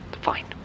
Fine